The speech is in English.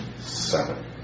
seven